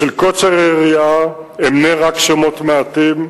בשל קוצר היריעה אמנה רק שמות מעטים,